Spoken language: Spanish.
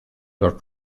los